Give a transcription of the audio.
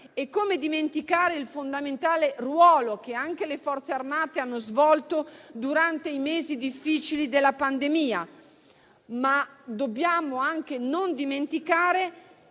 Come dimenticare il fondamentale ruolo che le Forze armate hanno svolto durante i mesi difficili della pandemia? Dobbiamo però anche non dimenticare